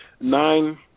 nine